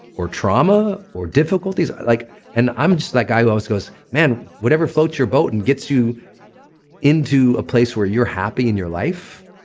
or trauma, or difficulties. ah like and i'm just that guy who always goes, whatever floats your boat and gets you into a place where you're happy in your life,